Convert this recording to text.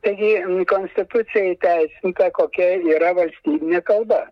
taigi konstitucijoj įteisinta kokia yra valstybinė kalba